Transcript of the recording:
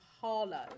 harlow